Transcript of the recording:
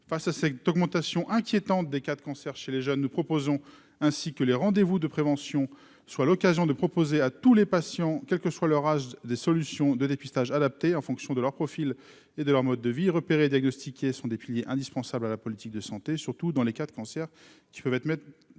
face à cette augmentation inquiétante des cas de cancer chez les jeunes, nous proposons ainsi que les rendez-vous de prévention soit l'occasion de proposer à tous les patients, quelle que soit leur âge, des solutions de dépistage adapté en fonction de leur profil et de leur mode de vie repérer diagnostiquer sont des piliers indispensables à la politique de santé, surtout dans les cas de cancers qui peuvent être qui